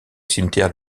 cimetière